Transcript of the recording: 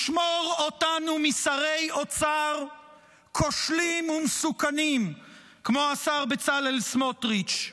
ישמור אותנו משרי אוצר כושלים ומסוכנים כמו השר בצלאל סמוטריץ'.